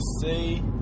see